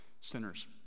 sinners